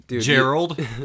Gerald